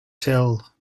tell